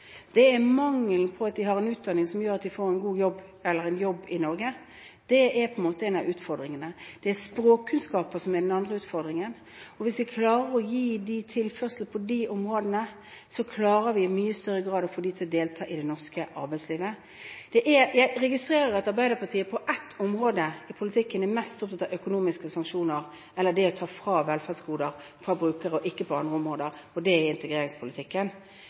utdanning som gjør at de får jobb i Norge, som er en av utfordringene. Det er språkkunnskaper som er den andre utfordringen. Hvis vi klarer å gi dem tilførsler på disse områdene, klarer vi i mye større grad å få dem til å delta i det norske arbeidslivet. Jeg registrerer at Arbeiderpartiet på ett område i politikken – og ikke på andre områder – er mest opptatt av økonomiske sanksjoner eller det å ta fra brukere velferdsgoder, og det er i integreringspolitikken. På dette området tenker jeg at de ikke helt treffer med tanke på hva som er